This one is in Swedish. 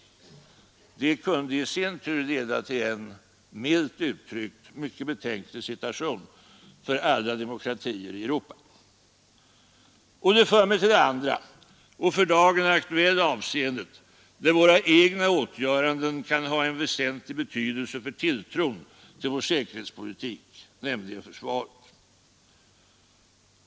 Detta kunde i sin tur leda till en, milt uttryckt, mycket betänklig situation för alla demokratier i Europa. Och det för mig till det andra och för dagen aktuella avseendet, där vår egna åtgöranden kan ha en väsentlig betydelse för tilltron till vår säkerhetspolitik, nämligen försvaret.